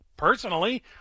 Personally